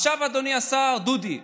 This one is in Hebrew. עכשיו, אדוני השר דודי,